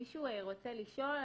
מישהו רוצה לשאול?